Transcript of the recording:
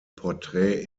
porträt